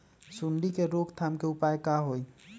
सूंडी के रोक थाम के उपाय का होई?